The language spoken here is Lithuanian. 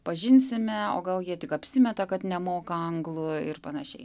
pažinsime o gal jie tik apsimeta kad nemoka anglų ir panašiai